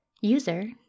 User